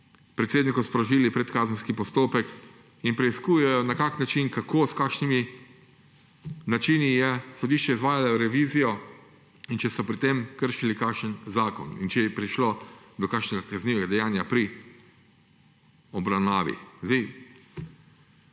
predsedniku sprožili predkazenski postopek in preiskujejo, na kakšen način, kako, s kakšnimi načini je sodišče izvajalo revizijo in ali so pri tem kršili kakšen zakon in ali je prišlo do kakšnega kaznivega dejanja pri obravnavi.